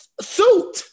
Suit